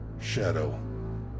Shadow